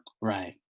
Right